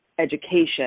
education